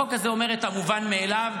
החוק הזה אומר את המובן מאליו,